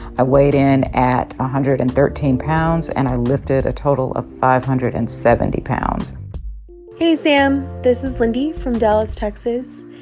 i weighed in at one hundred and thirteen pounds and i lifted a total of five hundred and seventy pounds hey, sam. this is lindy from dallas, texas.